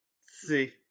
see